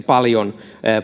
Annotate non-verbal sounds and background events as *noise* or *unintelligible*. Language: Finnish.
*unintelligible* paljon